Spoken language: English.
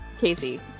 Casey